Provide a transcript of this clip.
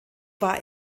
war